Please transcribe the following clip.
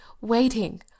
waiting